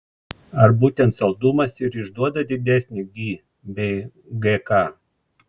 ar būtent saldumas ir išduoda didesnį gi bei gk